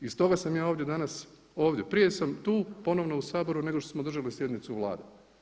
I stoga sam ja danas ovdje, prije sam tu ponovno u Saboru nego što smo održali sjednicu Vlade.